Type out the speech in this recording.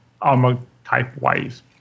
armor-type-wise